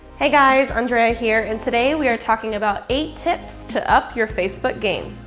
hey guys, andrea here and today we are talking about eight tips to up your facebook game!